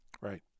Right